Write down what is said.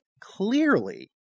clearly